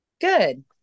Good